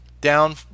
down